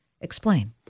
Explain